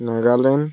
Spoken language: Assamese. নাগালেণ্ড